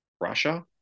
Russia